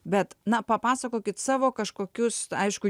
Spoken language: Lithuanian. bet na papasakokit savo kažkokius aišku